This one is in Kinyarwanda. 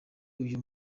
uyu